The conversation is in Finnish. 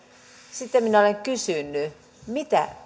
sitten minä olen kysynyt mitä